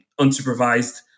unsupervised